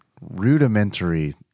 rudimentary